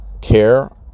care